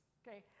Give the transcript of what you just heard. okay